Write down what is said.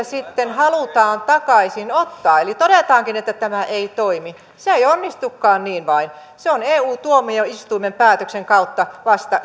sitten halutaan takaisin ottaa eli todetaankin että tämä ei toimi se ei onnistukaan niin vain se on eun tuomioistuimen päätöksen kautta vasta